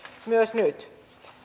myös nyt